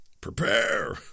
Prepare